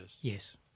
Yes